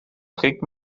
trägt